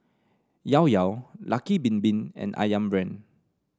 Llao Llao Lucky Bin Bin and ayam Brand